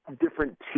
different